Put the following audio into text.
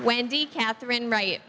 wendy catherine right